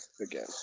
again